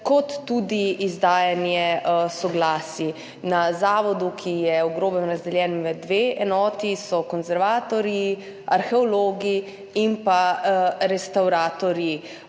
ter tudi izdajanja soglasij. Na Zavodu, ki je v grobem razdeljen med dve enoti, so konservatorji, arheologi in restavratorji,